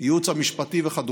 הקשה